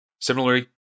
Similarly